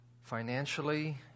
financially